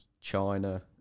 china